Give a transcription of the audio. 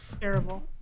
terrible